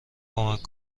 کمک